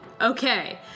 Okay